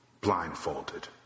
blindfolded